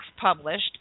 published